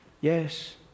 Yes